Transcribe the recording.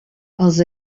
els